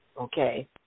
okay